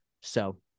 So-